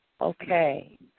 Okay